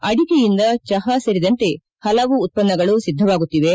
ಅಡಿಕೆಯಿಂದ ಚುಾ ಸೇರಿದಂತೆ ಪಲವು ಉತ್ತನ್ನಗಳು ಸಿಧವಾಗುತ್ತಿವೆ